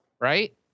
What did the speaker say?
Right